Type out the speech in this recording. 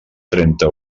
trenta